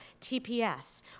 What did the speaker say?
TPS